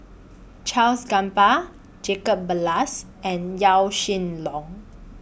Charles Gamba Jacob Ballas and Yaw Shin Leong